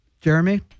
Jeremy